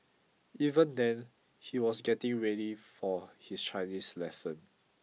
even then he was getting ready for his Chinese lesson